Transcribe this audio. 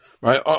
right